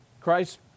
Christ